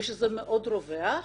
וזה מאוד רווח.